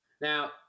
Now